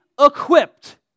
equipped